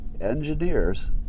Engineers